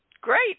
Great